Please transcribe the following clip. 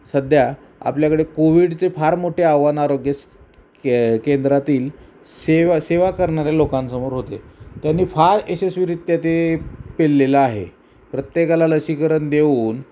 सध्या आपल्याकडे कोविडचे फार मोठे आव्हान आरोग्य से के केंद्रातील सेवा सेवा करणाऱ्या लोकांसमोर होते त्यांनी फार यशस्वीरित्या ते पिललेलं आहे प्रत्येकाला लसीकरण देऊन